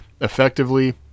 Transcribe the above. effectively